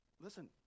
Listen